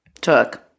took